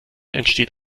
entsteht